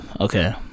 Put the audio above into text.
okay